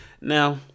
Now